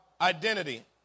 identity